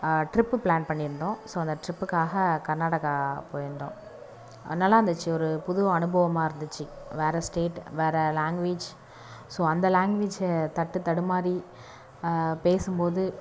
trip plan பண்ணியிருந்தோம் so அந்த டிரிப்புக்காக கர்நாடகா போயிருந்தோம் நல்லாயிருந்துச்சி ஒரு புது அனுபவமாக இருந்துச்சு வேறு ஸ்டேட் வேறு லாங்குவேஜ் ஸோ அந்த லாங்குவேஜை தட்டு தடுமாறி பேசும் போது